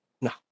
No